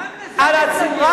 על חוק ההסדרים, גם לזה נתנגד.